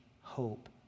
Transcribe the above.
hope